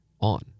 on